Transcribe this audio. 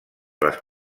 les